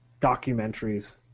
documentaries